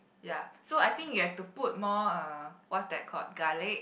ya so I think you have to put more uh what is that called garlic